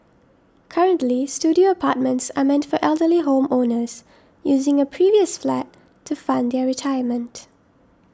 currently studio apartments are meant for elderly home owners using a previous flat to fund their retirement